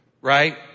Right